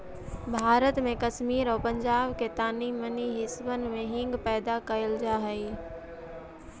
भारत में कश्मीर आउ पंजाब के तानी मनी हिस्सबन में हींग पैदा कयल जा हई